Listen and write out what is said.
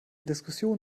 diskussion